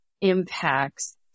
impacts